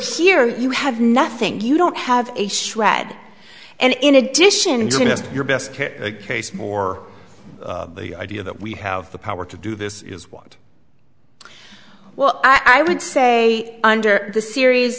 here you have nothing you don't have a shred and in addition to your best case more the idea that we have the power to do this is what well i would say under the series